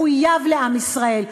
מחויב לעם ישראל,